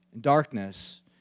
darkness